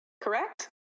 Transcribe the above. correct